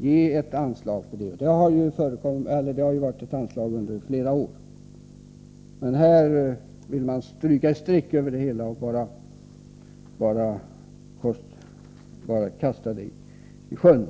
ett anslag kunna beviljas? Det har ju funnits ett anslag under flera år, men här vill man stryka ett streck över det hela och bara kasta det i sjön.